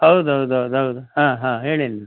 ಹೌದು ಹೌದು ಹೌದು ಹೌದು ಹಾಂ ಹಾಂ ಹೇಳಿ ನೀವು